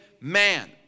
man